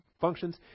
functions